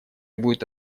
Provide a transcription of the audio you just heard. будет